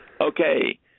Okay